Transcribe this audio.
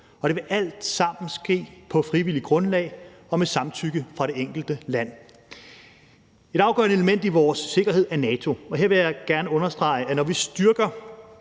Og det vil alt sammen ske på frivilligt grundlag og med samtykke fra det enkelte land. Et afgørende element i vores sikkerhed er NATO, og her vil jeg gerne understrege, at når vi styrker